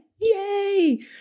Yay